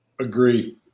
Agree